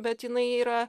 bet jinai yra